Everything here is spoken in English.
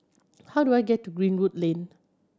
how do I get to Greenwood Lane